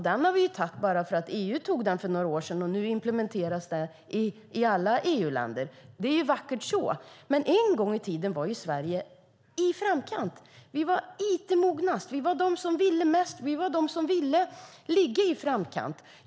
Den har vi dock antagit bara för att EU antog den för några år sedan, och nu implementeras den i alla EU-länder. Det är vackert så, men en gång i tiden var Sverige i framkant. Vi var de som var mest it-mogna. Vi var de som ville mest. Vi var de som ville ligga i framkant.